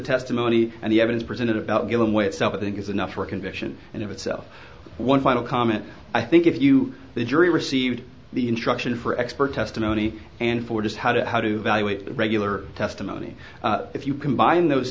testimony and the evidence presented about giving way itself i think is enough for a conviction and of itself one final comment i think if you the jury received the instruction for expert testimony and for just how to how do you a regular testimony if you combine those